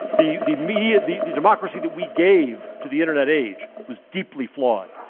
the the media the the democracy that we gave to the internet age was deeply flawed,